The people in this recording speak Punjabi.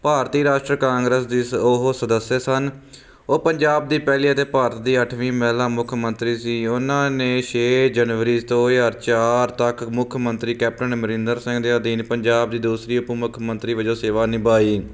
ਭਾਰਤੀ ਰਾਸ਼ਟਰ ਕਾਂਗਰਸ ਦੀ ਉਹ ਸਦੱਸਿਆ ਸਨ ਉਹ ਪੰਜਾਬ ਦੀ ਪਹਿਲੀ ਅਤੇ ਭਾਰਤ ਦੀ ਅੱਠਵੀਂ ਮਹਿਲਾ ਮੁੱਖ ਮੰਤਰੀ ਸੀ ਉਹਨਾਂ ਨੇ ਛੇ ਜਨਵਰੀ ਦੋ ਹਜਾਰ ਚਾਰ ਤੱਕ ਮੁੱਖ ਮੰਤਰੀ ਕੈਪਟਨ ਅਮਰਿੰਦਰ ਸਿੰਘ ਦੇ ਅਧੀਨ ਪੰਜਾਬ ਦੀ ਦੂਸਰੀ ਉਪ ਮੁੱਖ ਮੰਤਰੀ ਵੱਜੋਂ ਸੇਵਾ ਨਿਭਾਈ